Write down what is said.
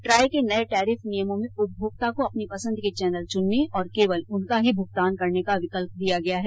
try के नये tariff नियमों में उपभोक्ता को अपनी पसंद के चैनल चुनने और केवल उनका ही भुगतान करने का विकल्प दिया गया है